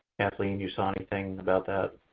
kathleen, you saw anything about that.